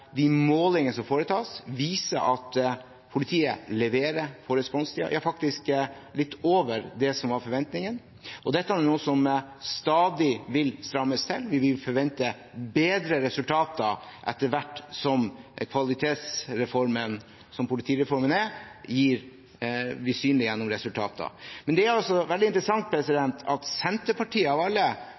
de målinger som foretas, viser at politiet leverer på responstiden, ja faktisk litt over det som var forventningen. Dette er noe som stadig vil strammes til, vi vil forvente bedre resultater etter hvert som kvalitetsreformen, som politireformen er, blir synlig gjennom resultater. Men det er veldig interessant at Senterpartiet, av alle,